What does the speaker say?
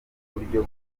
uburyo